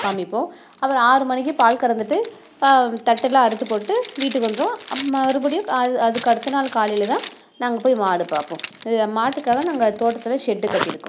காண்மிப்போம் அப்றம் ஆறு மணிக்கு பால் கறந்துட்டு தட்டலாம் அறுத்து போட்டு வீட்டுக்கு வந்துருவோம் அம் மறுபடியும் அதுக்கு அடுத்த நாள் காலையில் தான் நாங்கள் போய் மாடு பார்ப்போம் மாட்டுக்காக நாங்கள் தோட்டத்தில் ஷெட்டு கட்டியிருக்கோம்